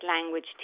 language